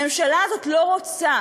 הממשלה הזאת לא רוצה